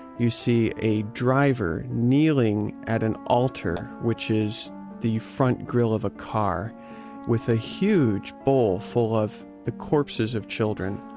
you see a driver kneeling at an altar which is the front grille of a car with a huge bowl full of the corpses of children,